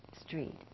street